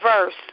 verse